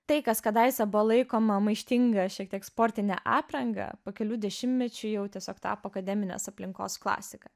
tai kas kadaise buvo laikoma maištinga šiek tiek sportine apranga po kelių dešimtmečių jau tiesiog tapo akademinės aplinkos klasika